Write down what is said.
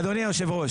אדוני יושב הראש.